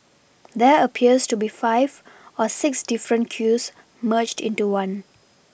there appears to be five or six different queues merged into one